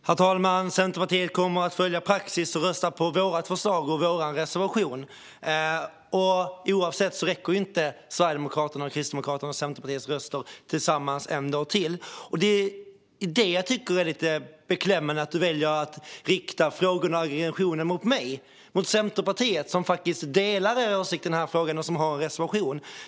Herr talman! Centerpartiet kommer att följa praxis och rösta på vårt förslag och vår reservation, och oavsett vilket räcker inte Sverigedemokraternas, Kristdemokraternas och Centerpartiets röster tillsammans till. Det jag tycker är lite beklämmande är att Adam Marttinen väljer att rikta frågorna och aggressionen mot mig och mot Centerpartiet, som faktiskt delar er åsikt i denna fråga och som har en reservation.